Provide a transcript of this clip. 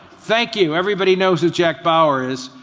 thank you. everybody knows who jack bauer is.